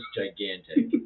gigantic